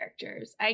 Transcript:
characters